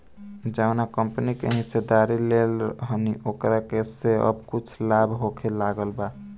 जावना कंपनी के हिस्सेदारी लेले रहनी ओकरा से अब कुछ लाभ होखे लागल बा